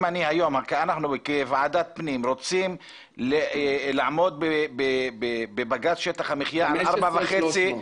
אם אנחנו כוועדת הפנים רוצים לעמוד בבג"ץ שטח המחיה 4.5 מ"ר,